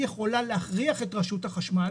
היא יכולה להכריח את רשות החשמל